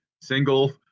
single